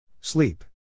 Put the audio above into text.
Sleep